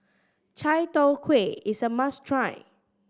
chai tow kway is a must try